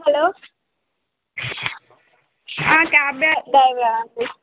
hello cab డే driver అండి